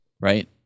right